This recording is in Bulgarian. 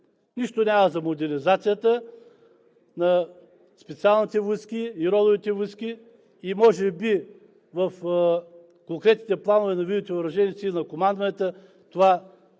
Нищо няма за модернизацията на Специалните войски и родовете войски. Може би в конкретните планове на видовете въоръжени сили, на командванията това